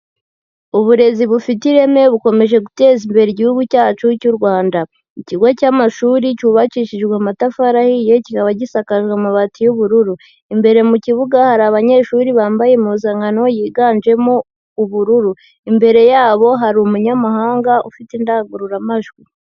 Uburezi bufite ireme bukomeje guteza imbere Igihugu cyacu cy'u Rwanda. Ikigo cy'amashuri cyubakishijwe amatafari ahiye, kikaba gisakajwe amabati y'ubururu. Imbere mu kibuga hari abanyeshuri bambaye impuzankano yiganjemo ubururu. Imbere yabo hari umunyamahanga ufite indangururamajwi.